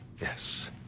Yes